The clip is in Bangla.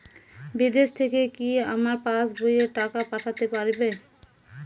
বিদেশ থেকে কি আমার পাশবইয়ে টাকা পাঠাতে পারবে?